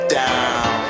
down